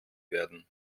werden